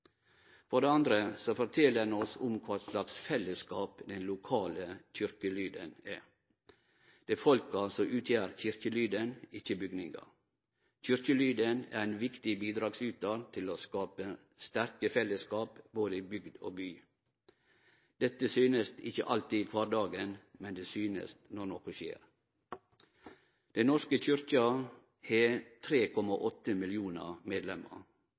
For det andre fortel oppslutninga oss om kva slags fellesskap den lokale kyrkjelyden er. Det er folka som utgjer kyrkjelyden, ikkje bygningar. Kyrkjelyden er ein viktig bidragsytar til å skape sterke fellesskap både i bygd og by. Dette synest ikkje alltid i kvardagen, men det synest når noko skjer. Den norske kyrkja har 3,8 millionar